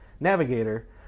Navigator